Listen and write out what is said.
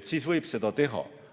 siis võib seda teha.